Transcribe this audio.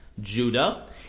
Judah